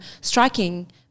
striking